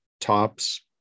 tops